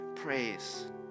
praise